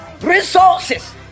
resources